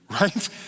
right